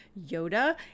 Yoda